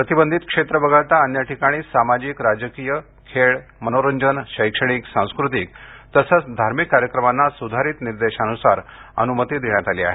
प्रतिबंधित क्षेत्र वगळता अन्य ठिकाणी सामाजिक राजकीय खेळ मनोरंजन शैक्षणिक सांस्कृतिक तसंच धार्मिक कार्यक्रमांना सुधारित निर्देशांनुसार अनुमती देण्यात आली आहे